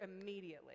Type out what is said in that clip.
immediately